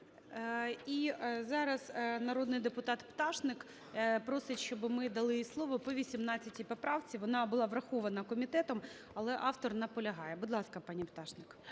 І зараз народний депутат Пташник просить, щоби ми дали їй слово по 18 поправці. Вона була врахована комітетом, але автор наполягає. Будь ласка, пані Пташник.